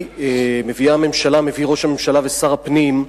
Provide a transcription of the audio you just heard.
מביאה הממשלה, מביא ראש הממשלה ושר הפנים,